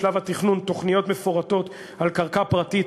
בשלב התכנון: תוכניות מפורטות על קרקע פרטית,